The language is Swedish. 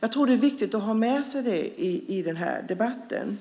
Det tror jag är viktigt att ha med sig i den här debatten.